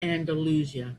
andalusia